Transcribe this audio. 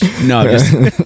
No